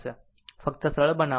ફક્ત સરળ બનાવો